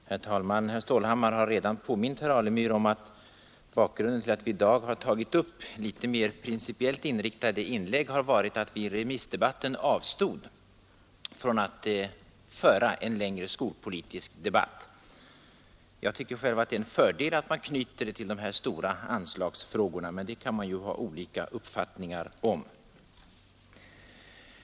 Herr talman! Herr Stålhammar har redan påmint herr Alemyr om att bakgrunden till att vi i dag har gjort litet mer principiellt inriktade inlägg är att vi i remissdebatten avstod från att föra en längre skolpolitisk debatt. Jag tycker själv att det är en fördel att man knyter an principdebatten till de stora anslagsfrågorna. Men det kan man ha olika uppfattningar om.